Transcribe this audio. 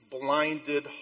blinded